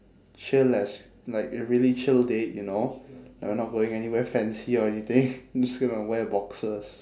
chill as like a really chill date you know and we're not going anywhere fancy or anything I'm just gonna wear boxers